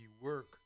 work